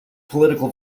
political